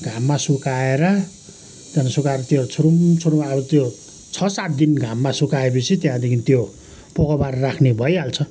घाममा सुकाएर त्यहाँदेखि सुकाएर त्यो छुरुमछुरुम अब त्यो छ सात दिन घाममा सुकाएपछि त्यहाँदेखि त्यो पोको पारेर राख्ने भइहाल्छ